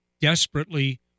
desperately